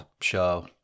show